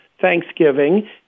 thanksgiving